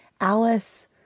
Alice